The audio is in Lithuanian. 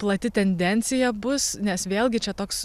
plati tendencija bus nes vėlgi čia toks